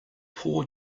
poor